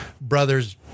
brothers